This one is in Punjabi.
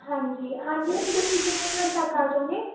ਹਾਂਜੀ ਹਾਂਜੀ ਹੁਣ ਤੁਸੀਂ ਕਿੰਨੇ ਕੁ ਵਜੇ ਤੱਕ ਆ ਜਾਉਂਗੇ